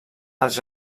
els